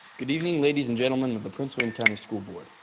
good evening, ladies and gentlemen of the prince william county school board.